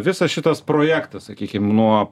visas šitas projektas sakykim nuo